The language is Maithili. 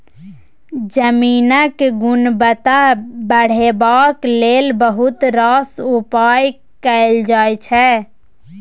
जमीनक गुणवत्ता बढ़ेबाक लेल बहुत रास उपाय कएल जाइ छै